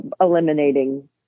eliminating